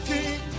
King